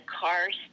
cars